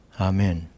Amen